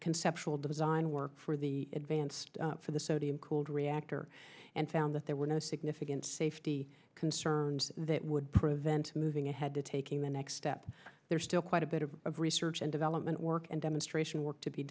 conceptual design work for the advanced for the sodium cooled reactor and found that there were no significant safety concerns that would prevent moving ahead to taking the next step there's still quite a bit of research and development work and demonstration work to be